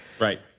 Right